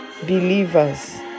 believers